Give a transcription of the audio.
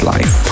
Life